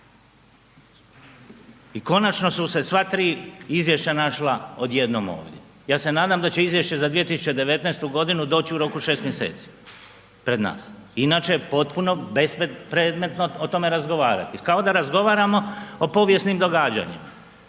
i konačno su se sva 3 izvješća našla odjednom ovdje. Ja se nadam da će izvješće za 2019. godinu doć u roku 6 mjeseci pred nas, inače je potpuno bespredmetno o tome razgovarati, kao da razgovaramo o povijesnim događanjima.